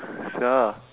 sia